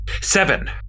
Seven